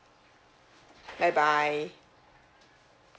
bye bye